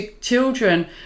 children